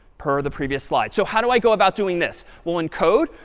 per the previous slide. so how do i go about doing this? well, in code,